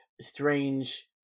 strange